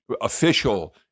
official